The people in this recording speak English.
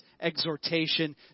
exhortation